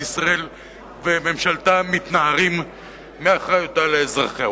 ישראל וממשלתה מתנערות מאחריותן לאזרחים.